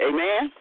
Amen